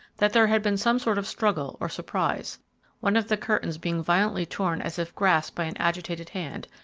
that there had been some sort of struggle or surprise one of the curtains being violently torn as if grasped by an agitated hand,